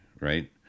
right